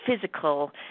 physical